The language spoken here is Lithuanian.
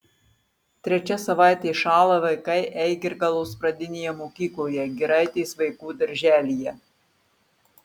trečia savaitė šąla vaikai eigirgalos pradinėje mokykloje giraitės vaikų darželyje